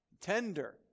tender